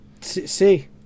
See